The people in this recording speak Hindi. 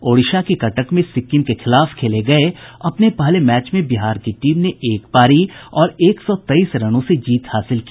ओडिशा के कटक में सिक्किम के खिलाफ खेले गये अपने पहले मैच में बिहार की टीम ने एक पारी और एक सौ तेईस रनों से जीत हासिल की